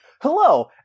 Hello